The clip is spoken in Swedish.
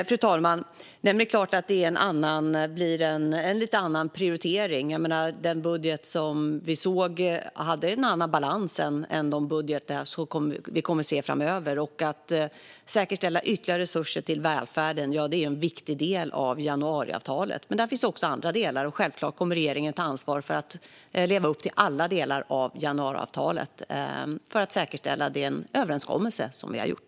Fru talman! Det är klart att det blir en lite annan prioritering. Den budget som vi såg hade en annan balans än de budgetar som vi kommer att se framöver. Att säkerställa ytterligare resurser till välfärden är en viktig del av januariavtalet. Men där finns också andra delar. Självklart kommer regeringen att ta ansvar för att leva upp till alla delar av januariavtalet för att säkerställa den överenskommelse som vi har gjort.